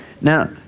now